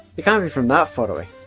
you can't be from that far away,